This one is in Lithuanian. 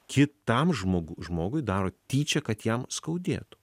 kitam žmog žmogui daro tyčia kad jam skaudėtų